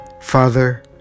Father